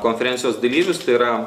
konferencijos dalyvius tai yra